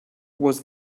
was